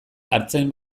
artzain